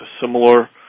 similar